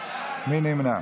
מי נמנע?